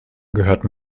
gehörten